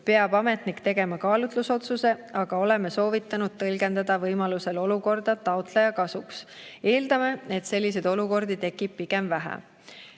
peab ametnik tegema kaalutlusotsuse, aga oleme soovitanud võimalusel tõlgendada olukorda taotleja kasuks. Eeldame, et selliseid olukordi tekib pigem vähe.